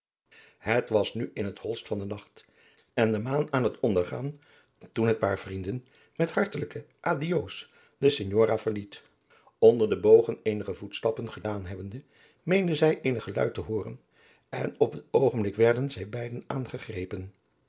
het was nu in het holst van den nacht en de maan aan het ondergaan toen het paar vrienden met hartelijke adio's de signora verliet onder de bogen eenige voetstappen gedaan adriaan loosjes pzn het leven van maurits lijnslager hebbende meenden zij eenig geluid te hooren en op het oogenblik werden zij beiden aangegrepen